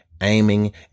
Aiming